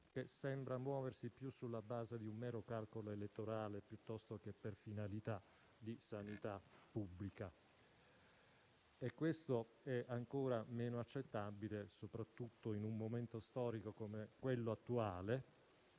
che sembra muoversi più sulla base di un mero calcolo elettorale, che per finalità di sanità pubblica. Ciò è ancor meno accettabile soprattutto in un momento storico come quello attuale